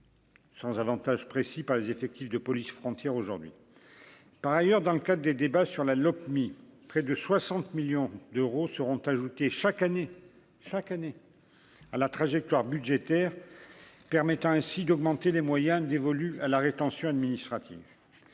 Sans Avantage précis par les effectifs de police frontière aujourd'hui par ailleurs dans le cas des débats sur La Lopmi, près de 60 millions d'euros seront ajoutés chaque année chaque année à la trajectoire budgétaire permettant ainsi d'augmenter les moyens dévolus à la rétention administrative